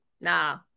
nah